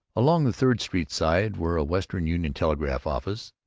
along the third street side were a western union telegraph office,